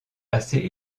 assez